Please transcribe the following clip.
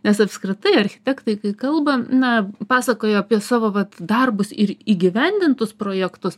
nes apskritai architektai kai kalbam na pasakoju apie savo va darbus ir įgyvendintus projektus